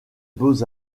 beaux